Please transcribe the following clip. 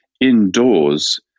indoors